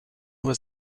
nur